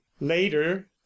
later